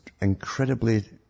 incredibly